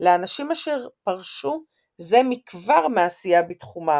לאנשים אשר פרשו זה מכבר מעשייה בתחומם,